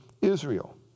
Israel